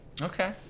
Okay